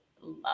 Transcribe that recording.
love